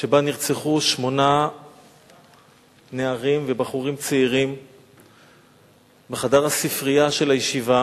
שבו נרצחו שמונה נערים ובחורים צעירים בחדר הספרייה של הישיבה.